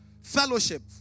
fellowship